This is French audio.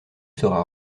sera